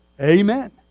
amen